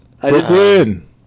Brooklyn